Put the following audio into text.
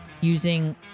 using